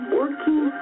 working